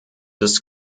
des